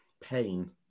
Pain